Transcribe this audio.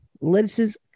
lettuces